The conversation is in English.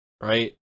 right